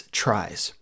tries